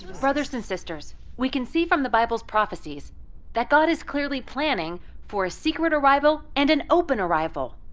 brothers and sisters, we can see from the bible's prophecies that god is clearly planning for a secret arrival and an open arrival.